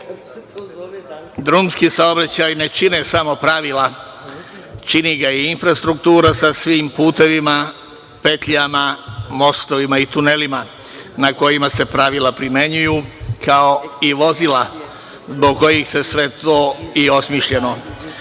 drumski saobraćaj ne čine samo pravila, čini ga i infrastruktura sa svim putevima, petljama, mostovima i tunelima na kojima se pravila primenjuju, kao i vozila zbog kojih je sve to i osmišljeno. Prema